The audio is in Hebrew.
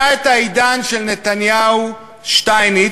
היה העידן של נתניהו-שטייניץ,